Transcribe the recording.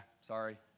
sorry